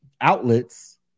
outlets